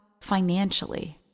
financially